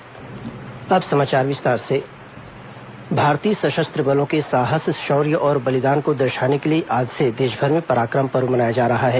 पराक्रम पर्व भारतीय सशस्त्र बलों के साहस शौर्य और बलिदान को दर्शाने के लिए आज से देशभर में पराक्रम पर्व मनाया जा रहा है